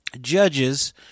judges